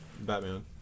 Batman